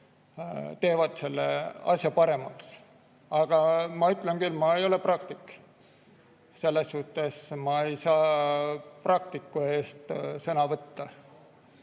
teevad selle asja paremaks. Aga ma ütlen, et ma ei ole praktik. Selles suhtes ma ei saa praktikuna sõna võtta.